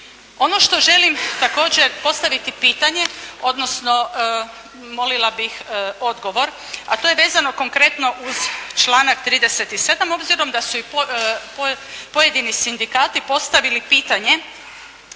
Ono što želim također postaviti pitanje, odnosno molila bih odgovor, a to je vezano konkretno uz članak 37. obzirom da su i pojedini sindikati postavili pitanje,